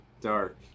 dark